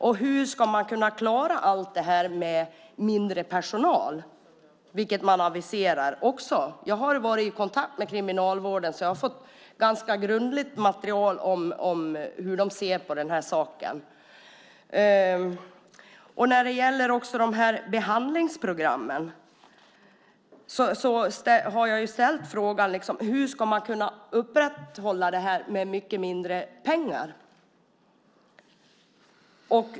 Och frågan är hur kriminalvården ska klara allt det här med mindre personal, vilket aviseras. Jag har varit i kontakt med kriminalvården och fått ett ganska grundligt material om hur de ser på den här saken. När det gäller behandlingsprogrammen och arbetslinjen har jag ställt frågan hur man ska kunna upprätthålla den med mycket mindre pengar.